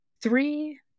three